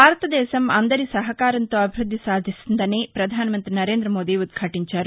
భారతదేశం అందరి సహకారంతో అభివృద్ధి సాధిస్తుందని పధాన మంతి నరేందమోదీ ఉద్యాటించారు